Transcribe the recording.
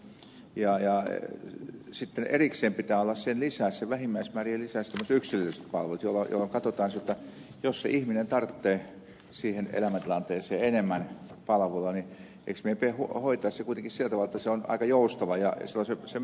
ja sitten erikseen pitää olla vähimmäismäärien lisäksi tämmöiset yksilölliset palvelut jolloin katsotaan että jos se ihminen tarvitsee siihen elämäntilanteeseen enemmän palvelua niin eikö meidän pidä hoitaa se kuitenkin sillä tavalla että se on aika joustavaa ja silloin sen myös saa